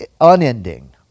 unending